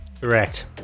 Correct